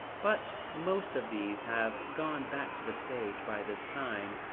but most of these have gone back to the stage by this time,